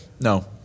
No